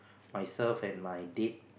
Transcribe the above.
myself and my date